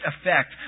effect